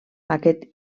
aquest